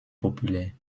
populaires